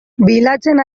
bilatzen